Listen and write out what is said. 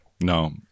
no